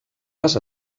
les